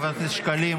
חבר הכנסת שקלים,